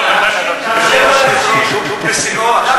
הוא בשיאו עכשיו,